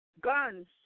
Guns